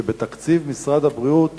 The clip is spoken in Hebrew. שבתקציב משרד הבריאות